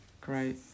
Great